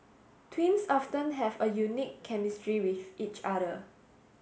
twins often have a unique chemistry with each other